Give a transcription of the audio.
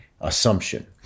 assumption